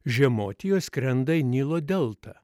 žiemoti jos skrenda į nilo delta